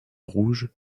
rouge